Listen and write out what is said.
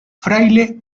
fraile